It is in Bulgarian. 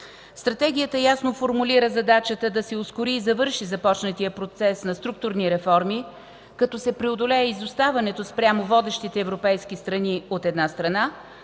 Стратегията ясно формулира задачата да се ускори и завърши започнатия процес на структурни реформи като се преодолее изоставането спрямо водещите европейски страни, от една страна,